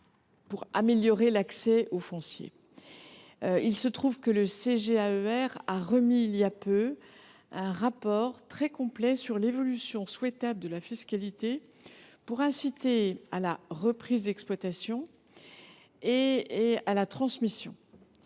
pour améliorer l’accès au foncier. Le CGAAER a récemment remis un rapport très complet sur l’évolution souhaitable de la fiscalité pour inciter à la reprise d’exploitation et à la transmission.